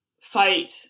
fight